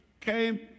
came